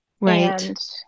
right